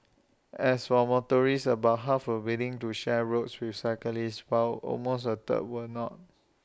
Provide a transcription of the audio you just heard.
as for motorists about half were willing to share roads with cyclists while almost A third were not